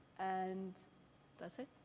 and that's it.